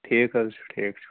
ٹھیٖک حظ چھُ ٹھیٖک چھُ